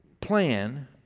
plan